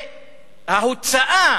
וההוצאה